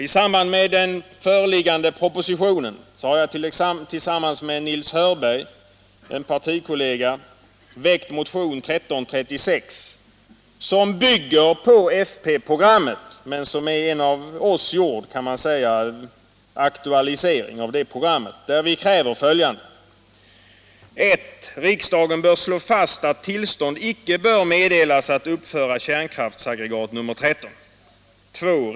I samband med den föreliggande propositionen har jag tillsammans med min partikollega Nils Hörberg väckt motionen 1336, som bygger på folkpartiprogrammet men som är, kan man säga, en av oss gjord aktualisering av det programmet. I motionen kräver vi följande: 1. Riksdagen bör slå fast att tillstånd icke bör meddelas att uppföra kärnkraftsaggregat nr 13. 2.